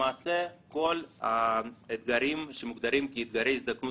למעשה כל האתגרים שמוגדרים כאתגרי הזדקנות